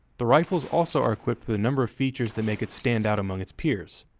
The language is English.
the riflers also are equipped with a number of features that make it stand out among its peers.